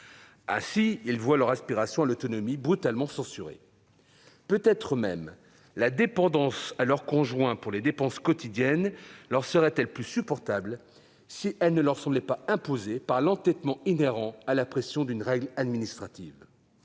à voir leur aspiration à l'autonomie aussi brutalement censurée. Peut-être même la dépendance à leur conjoint pour les dépenses quotidiennes leur serait-elle plus supportable si elle ne leur semblait pas imposée par l'entêtement inhérent à la pression d'une règle administrative.